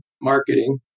marketing